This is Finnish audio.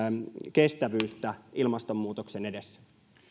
kestävyyttä ilmastonmuutoksen edessä